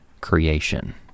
creation